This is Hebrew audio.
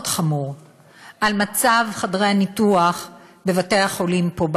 חמור על מצב חדרי הניתוח בבתי-החולים פה,